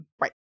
Right